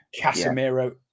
Casemiro